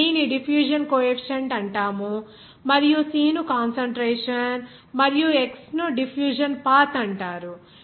ఇక్కడ D ని diffusion coefficient అంటారు మరియు C ను కాన్సంట్రేషన్ మరియు x ను డిఫ్యూజన్ పాత్ అంటారు